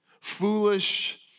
foolish